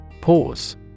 Pause